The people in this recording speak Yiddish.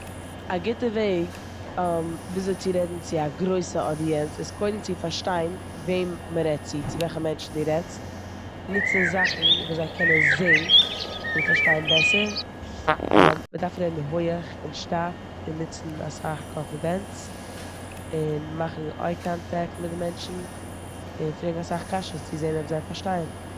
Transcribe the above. א גוטע וועג וויאזוי צו רעדן צו א גרויסע אדיענץ איז קודם צו פארשטיין וועם מ'רעדט צו, צו וועלכע מענטשן די רעדסט, נוצן זאכן וואס זיי קענען זעען און פארשטיין בעסער, מ'דארף רעדן הויעך און שטאט און נוצן אסאך קאנפידענץ און מאכן איי קאנטעקט מיט די מענטשן און פרעגו אסאך קאשות צו זעען אויב זיי פארשטייען.